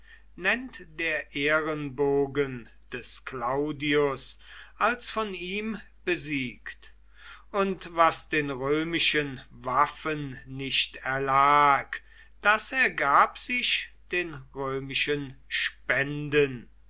nennt der ehrenbogen des claudius als von ihm besiegt und was den römischen waffen nicht erlag das ergab sich den römischen spenden